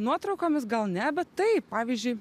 nuotraukomis gal ne bet taip pavyzdžiui